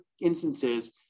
instances